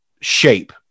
shape